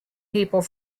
people